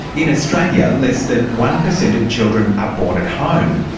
in australia, less than one per cent of children are born at home.